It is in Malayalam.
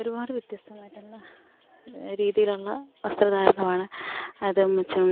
ഒരുപാട് വ്യത്യസ്തമായിട്ടുള്ള രീതിയിലുള്ള വസ്ത്രധാരണമാണ് അത് മറ്റും